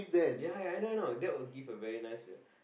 ya I know that would give a very nice yeah